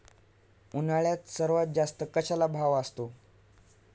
उन्हाळ्यात सर्वात जास्त कशाला भाव असतो?